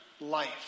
life